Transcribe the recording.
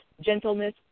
gentleness